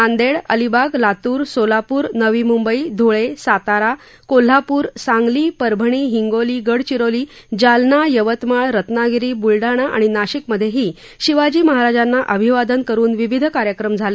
नांगेड अलिबाग लातूर सोलापूर नवी मुंबई धूळे सातारा कोल्हापूर सांगली परभणी हिंगोली गडचिरोली जालना यवतमाळ रत्नागिरी ब्लडाणा आणि नाशिकमध्येही शिवाजी महाराजांना अभिवा न करून विविध कार्यक्रम झाले